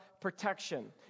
protection